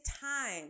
time